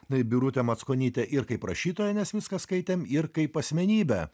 birutę mackonytę ir kaip rašytoją nes viską skaitėm ir kaip asmenybę